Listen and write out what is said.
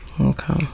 Okay